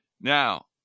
Now